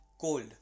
cold